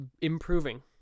improving